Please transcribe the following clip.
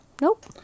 Nope